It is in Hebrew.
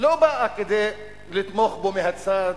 לא באה כדי לתמוך בו מהצד.